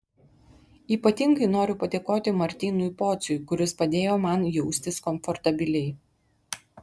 ypatingai noriu padėkoti martynui pociui kuris padėjo man jaustis komfortabiliai